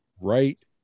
right